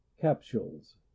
capsules